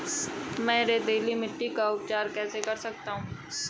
मैं रेतीली मिट्टी का उपचार कैसे कर सकता हूँ?